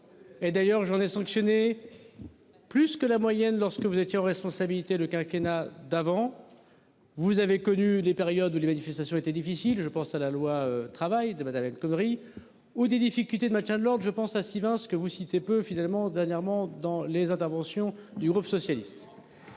Et d'ailleurs j'en ai sanctionné. Plus que la moyenne. Lorsque vous étiez aux responsabilités le quinquennat d'avant. Vous avez connu des périodes où les manifestations ont été difficiles, je pense à la loi travail de matériel connerie ou des difficultés de match à de lourdes je pense à Sivens que vous citez peu finalement dernièrement dans les interventions du groupe socialiste.